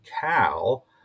Cal